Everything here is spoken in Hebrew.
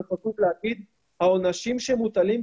העונשים שמוטלים,